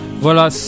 Voilà